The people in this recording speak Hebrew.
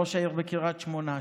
ראש העיר בקריית שמונה,